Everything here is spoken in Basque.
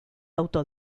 auto